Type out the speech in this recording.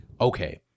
okay